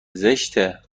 زشته